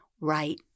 right